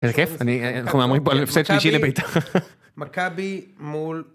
איזה כיף, אני, אנחנו מהמרים פה על הפסד שלישי לבית"ר. מכבי מול...